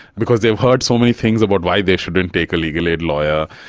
because they've heard so many things about why they shouldn't take a legal aid lawyer.